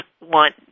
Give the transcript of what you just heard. want